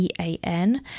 EAN